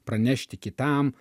pranešti kitam